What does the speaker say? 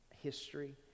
history